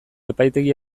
epaitegi